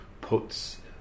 puts